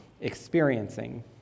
experiencing